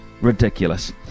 ridiculous